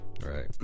Right